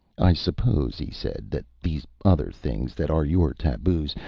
i suppose, he said, that these other things that are your taboos,